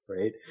right